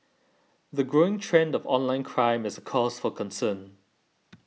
the growing trend of online crime is a cause for concern